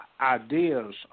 ideas